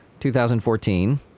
2014